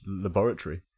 laboratory